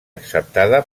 acceptada